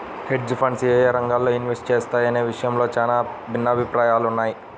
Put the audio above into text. hedge funds యేయే రంగాల్లో invest చేస్తాయనే విషయంలో చానా భిన్నాభిప్రాయాలున్నయ్